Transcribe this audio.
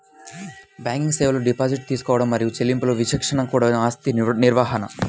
banking సేవలు deposit తీసుకోవడం మరియు చెల్లింపులు విచక్షణతో కూడిన ఆస్తి నిర్వహణ,